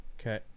okay